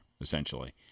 essentially